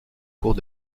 cours